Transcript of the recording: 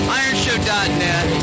ironshow.net